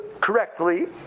correctly